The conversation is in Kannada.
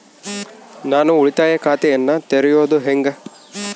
ನಾನು ಉಳಿತಾಯ ಖಾತೆಯನ್ನ ತೆರೆಯೋದು ಹೆಂಗ?